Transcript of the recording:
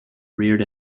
reared